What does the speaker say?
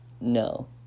No